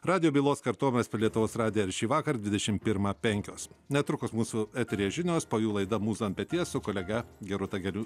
radijo bylos kartojimas per lietuvos radiją ir šįvakar dvidešimt pirmą penkios netrukus mūsų eteryje žinios po jų laida mūza ant peties su kolege gerūta